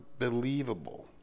Unbelievable